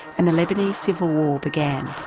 and the lebanese civil war began.